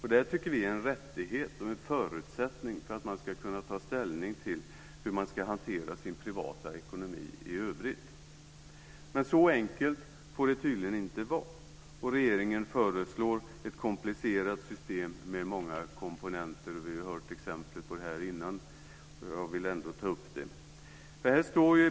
Det här tycker vi är en rättighet och en förutsättning för att man ska kunna ta ställning till hur man ska hantera sin privata ekonomi i övrigt. Men så enkelt får det tydligen inte vara. Regeringen föreslår ett komplicerat system med många komponenter.